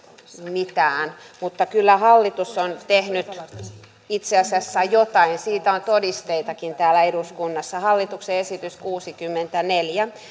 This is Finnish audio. mitään mutta kyllä hallitus on tehnyt itse asiassa jotain siitä on todisteitakin täällä eduskunnassa hallituksen esitys kuusikymmentäneljä